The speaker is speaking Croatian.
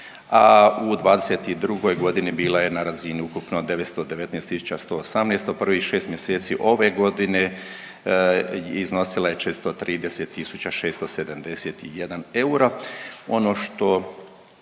a u '22. godini bila je na razini ukupno 919.118, a prvih 6 mjeseci ove godine iznosila je 430.671 euro.